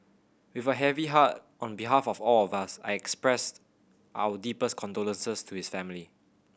with a heavy heart on behalf of all of us I expressed our deepest condolences to his family